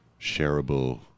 shareable